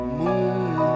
moon